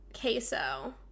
queso